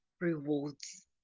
rewards